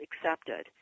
accepted